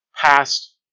past